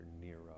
Nero